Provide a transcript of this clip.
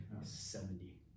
Seventy